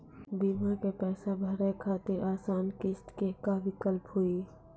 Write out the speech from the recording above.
बीमा के पैसा भरे खातिर आसान किस्त के का विकल्प हुई?